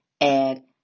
add